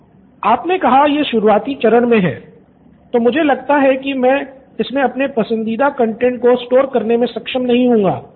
student 7 आपने कहा कि यह शुरुआती चरण में है तो मुझे लगता है कि मैं इसमे अपने पसंदीदा कंटैंट को स्टोर करने में सक्षम नहीं हूंगा